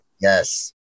Yes